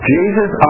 Jesus